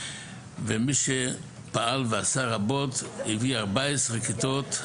ומי שפעל ועשה רבות הביא 14 כיתות,